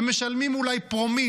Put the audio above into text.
הם משלמים אולי פרומיל,